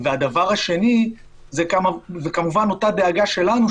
והדבר השני זה כמובן אותה דאגה שלנו,